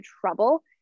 trouble